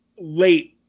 late